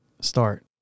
start